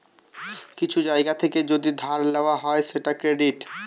কিছু জায়গা থেকে যদি ধার লওয়া হয় সেটা ক্রেডিট